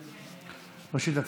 ראשית נצביע.